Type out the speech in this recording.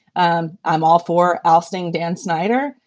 um i'm all for ousting dan snyder.